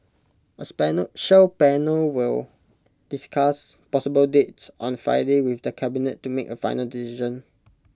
A special panel will discuss possible dates on Friday with the cabinet to make A final decision